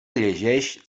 llegeix